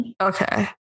Okay